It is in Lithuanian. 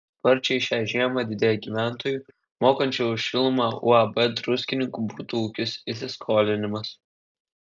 sparčiai šią žiemą didėja gyventojų mokančių už šilumą uab druskininkų butų ūkis įsiskolinimas